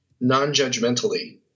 non-judgmentally